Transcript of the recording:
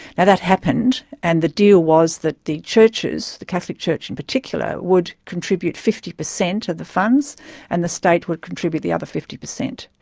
that that happened and the deal was that the churches, the catholic church in particular, would contribute fifty per cent of the funds and the state would contribute the other fifty per cent.